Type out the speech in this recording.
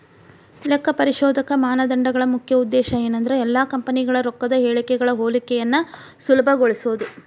ಲೆಕ್ಕಪರಿಶೋಧಕ ಮಾನದಂಡಗಳ ಮುಖ್ಯ ಉದ್ದೇಶ ಏನಂದ್ರ ಎಲ್ಲಾ ಕಂಪನಿಗಳ ರೊಕ್ಕದ್ ಹೇಳಿಕೆಗಳ ಹೋಲಿಕೆಯನ್ನ ಸುಲಭಗೊಳಿಸೊದು